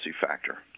factor